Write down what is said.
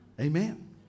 Amen